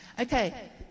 Okay